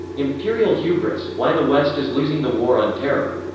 imperial hubris why the west is losing the war on terror.